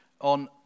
on